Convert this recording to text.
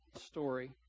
story